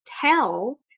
tell